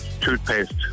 toothpaste